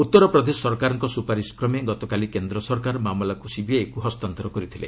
ଉତ୍ତର ପ୍ରଦେଶ ସରକାରଙ୍କ ସୁପାରିସ୍ କ୍ରମେ ଗତକାଲି କେନ୍ଦ୍ର ସରକାର ମାମଲାକୁ ସିବିଆଇକୁ ହସ୍ତାନ୍ତର କରିଥିଲେ